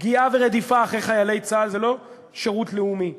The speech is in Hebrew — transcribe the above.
פגיעה ורדיפה אחרי חיילי צה"ל זה לא שירות לאומי,